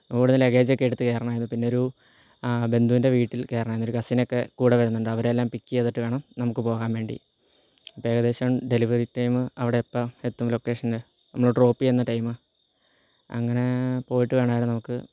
അപ്പം അവിടെന്ന് ലേഗേജ് ഒക്കെ എടുത്ത് കയറണമായിരുന്നു പിന്നൊരു ബന്ധുവിൻ്റെ വീട്ടിൽ കയറണമായിരുന്നു ഒരു കസിനൊക്കെ കൂടെ വരുന്നുണ്ട് അവരെല്ലാം പിക്ക് ചെയ്തിട്ട് വേണം നമുക്ക് പോകാൻ വേണ്ടി അപ്പം ഏകദേശം ഡെലിവറി ടൈമ് അവിടെ എപ്പം എത്തും ലൊക്കേഷന് ഒന്ന് ട്രോപ്പെയ്യുന്ന ടൈമ് അങ്ങനെ പോയിട്ട് വേണേലോ നമുക്ക്